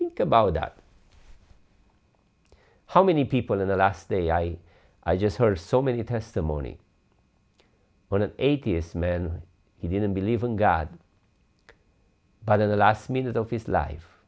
think about that how many people in the last day i i just heard so many testimony when an atheist man he didn't believe in god but in the last minute of his life